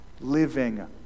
living